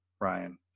ryan